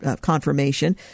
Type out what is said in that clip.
confirmation